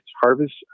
Harvest